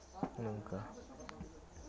ᱚᱱᱮ ᱚᱝᱠᱟ